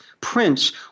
prince